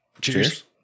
Cheers